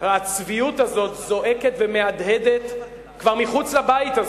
הצביעות הזאת זועקת ומהדהדת כבר מחוץ לבית הזה.